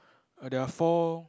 err there are four